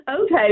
Okay